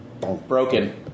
Broken